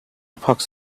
pox